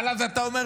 אבל אז אתה אומר,